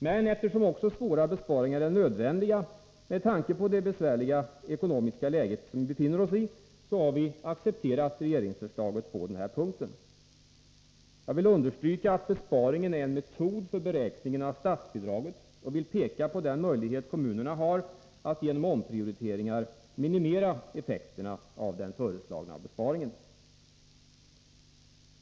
Men eftersom också svåra besparingar är nödvändiga med tanke på det besvärliga ekonomiska läge som vi befinner oss i, har vi accepterat regeringsförslaget på den här punkten. Jag vill understryka att besparingen är en metod för beräkningen av statsbidraget och vill peka på den möjlighet kommunerna har att genom omprioriteringar minimera effekterna av den föreslagna besparingen.